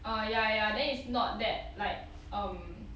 err ya ya then it's not that like um